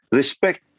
Respect